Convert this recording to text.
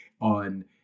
on